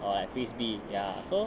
err frisbee ya so